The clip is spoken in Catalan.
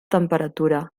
temperatura